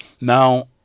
Now